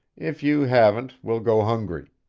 if you haven't, we'll go hungry.